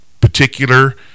particular